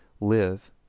live